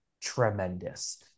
tremendous